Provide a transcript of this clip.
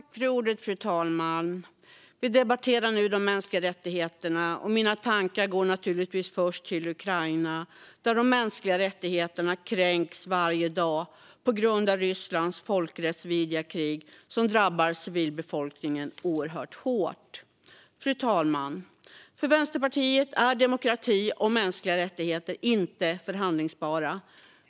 Fru talman! Vi debatterar nu de mänskliga rättigheterna, och mina tankar går naturligtvis först till Ukraina där de mänskliga rättigheterna kränks varje dag på grund av Rysslands folkrättsvidriga krig som drabbar civilbefolkningen oerhört hårt. För Vänsterpartiet är demokrati och mänskliga rättigheter inte förhandlingsbara.